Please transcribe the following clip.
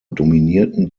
dominierten